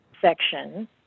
section